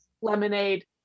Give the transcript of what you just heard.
lemonade